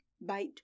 bite